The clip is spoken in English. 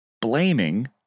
blaming